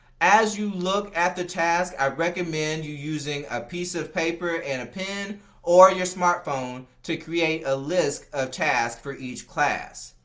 as you look at the task i recommend you using a piece of paper and a pen or your smartphone to create a list of tasks for each class.